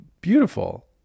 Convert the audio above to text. beautiful